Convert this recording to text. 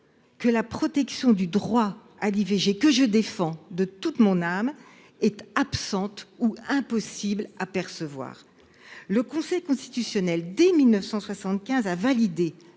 que la protection du droit à l'IVG, que je défends de toute mon âme, est absente ou impossible à percevoir ? Le Conseil constitutionnel a, dès 1975, validé